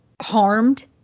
harmed